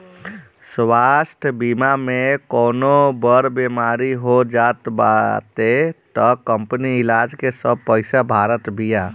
स्वास्थ्य बीमा में कवनो बड़ बेमारी हो जात बाटे तअ कंपनी इलाज के सब पईसा भारत बिया